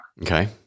Okay